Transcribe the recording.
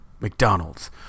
McDonald's